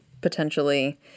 potentially